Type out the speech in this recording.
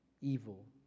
evil